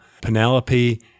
Penelope